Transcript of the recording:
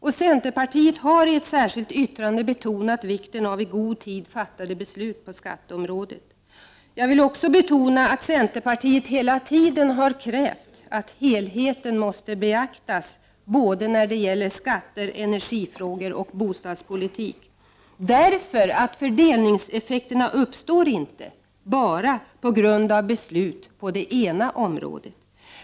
Centerpartiet har i ett särskilt yttrande betonat vikten av i god tid fattade beslut på skatteområdet. Jag vill också betona att centerpartiet hela tiden har krävt att helheten måste beaktas när det gäller både skatter, energifrågor och bostadspolitik, därför att fördelningseffekterna inte uppstår bara på grund av beslut på det ena området.